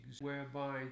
whereby